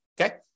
okay